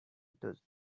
those